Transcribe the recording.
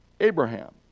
Abraham